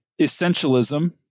essentialism